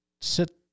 sit